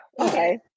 Okay